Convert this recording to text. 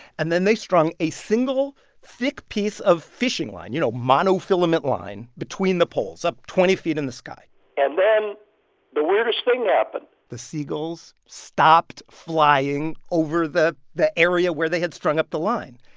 and then they strung a single thick piece of fishing line, you know, monofilament line, between the poles, up twenty feet in the sky and then the weirdest thing happened and the seagulls stopped flying over the the area where they had strung up the line.